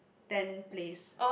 ten place